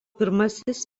pirmasis